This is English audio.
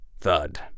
Thud